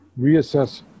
reassess